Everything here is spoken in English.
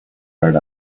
heard